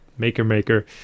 MakerMaker